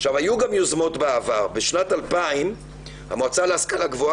היו גם יוזמות בעבר בשנת 2000 המועצה להשכלה גבוהה